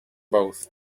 both